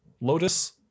Lotus